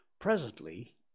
Presently